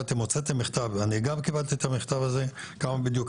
מי צריך?